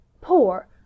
poor